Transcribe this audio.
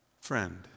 Friend